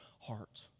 heart